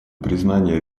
признание